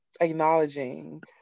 Acknowledging